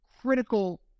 critical